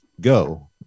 go